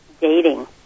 dating